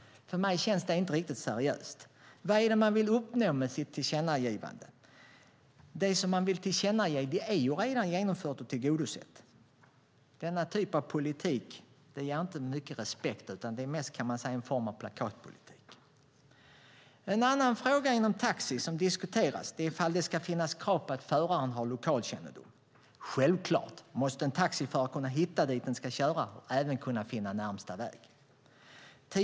För mig känns det inte riktigt seriöst. Vad är det man vill uppnå med sitt tillkännagivande? Det som man vill tillkännage är ju redan genomfört och tillgodosett. Denna typ av politik ger inte mycket respekt utan är mest en form av plakatpolitik. En annan fråga inom taxi som diskuterats är ifall det ska finnas krav på att föraren ska ha lokalkännedom. Självklart måste en taxiförare kunna hitta dit den ska köra och även kunna finna närmsta väg.